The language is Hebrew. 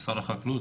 משרד החקלאות,